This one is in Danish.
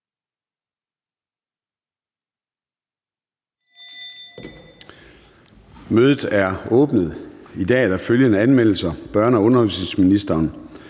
Mødet er åbnet. I dag er der følgende anmeldelser: Børne- og undervisningsministeren